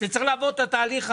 זה צריך לעבור את התהליך הזה.